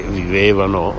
vivevano